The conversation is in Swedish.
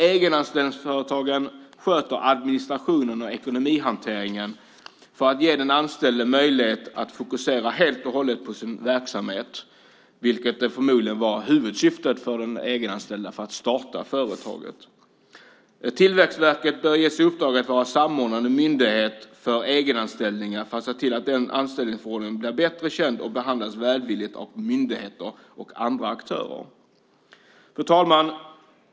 Egenanställningsföretagen sköter administrationen och ekonomihanteringen för att ge den anställde möjlighet att helt och hållet fokusera på sin verksamhet, vilket förmodligen var huvudsyftet för den egenanställde med att starta företaget. Tillväxtverket bör ges i uppdrag att vara samordnande myndighet för egenanställningar för att se till att den anställningsordningen blir bättre känd och behandlas välvilligt av myndigheter och andra aktörer. Fru talman!